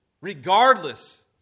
Regardless